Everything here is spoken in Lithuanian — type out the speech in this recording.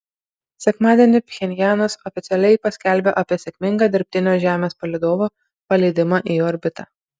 sekmadienį pchenjanas oficialiai paskelbė apie sėkmingą dirbtinio žemės palydovo paleidimą į orbitą